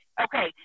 Okay